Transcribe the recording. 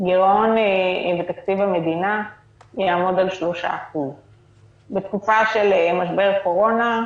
הגירעון בתקציב המדינה יעמוד על 3%. בתקופה של משבר קורונה,